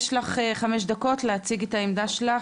יש לך 5 דקות להציג את העמדה שלך,